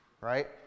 right